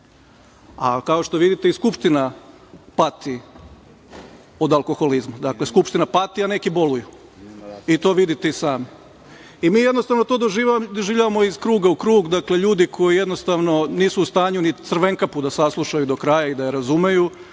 kao što vidite i Skupština pati od alkoholizma. Dakle, Skupština pati a neki boluju i to vidite i sami. Jednostavno, to doživljavamo iz kruga u krug. Ljudi koji jednostavno nisu u stanju ni „Crvenkapu“ da saslušaju do kraja i da je razumeju,